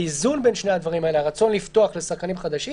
האיזון בין שני הדברים האלה הרצון לפתוח לשחקנים חדשים